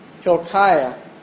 Hilkiah